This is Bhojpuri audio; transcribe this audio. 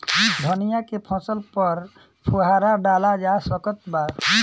धनिया के फसल पर फुहारा डाला जा सकत बा?